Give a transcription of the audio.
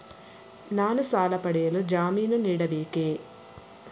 ನಾನು ಸಾಲ ಪಡೆಯಲು ಜಾಮೀನು ನೀಡಬೇಕೇ?